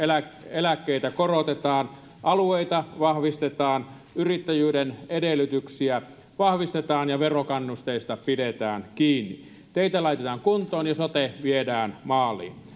eläkkeitä korotetaan alueita vahvistetaan yrittäjyyden edellytyksiä vahvistetaan ja verokannusteista pidetään kiinni teitä laitetaan kuntoon ja sote viedään maaliin